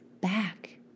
back